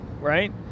right